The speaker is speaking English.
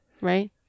right